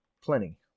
plenty